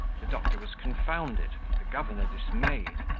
the doctor was confounded, the governor dismayed,